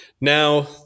now